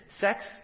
sex